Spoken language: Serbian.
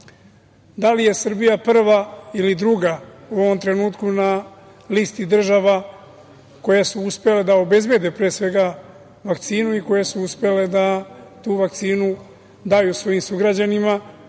li je Srbija prva ili druga u ovom trenutku na listi država koje su uspele da obezbede vakcinu i koje su uspele da tu vakcinu daju svojim sugrađanima,